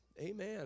Amen